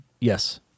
Yes